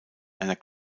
einer